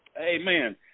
Amen